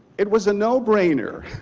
it was a no brainer.